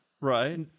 Right